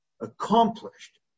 accomplished